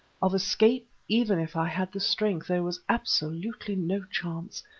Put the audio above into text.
of escape, even if i had the strength, there was absolutely no chance,